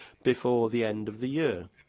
before the end of the year,